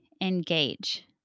engage